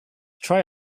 try